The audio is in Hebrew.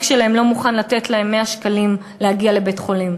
שלהם לא מוכן לתת להם 100 שקלים כדי להגיע לבית-חולים.